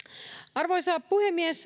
arvoisa puhemies